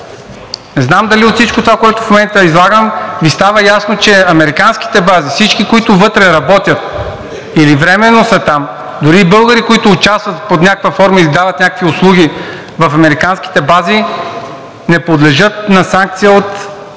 Не знам дали от всичко това, което в момента излагам, Ви става ясно, че американските бази, всички, които вътре работят или временно са там, дори и българи, които участват под някаква форма и издават някакви услуги в американските бази, не подлежат на санкция от